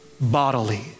bodily